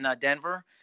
Denver